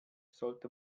sollte